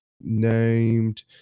named